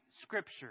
scripture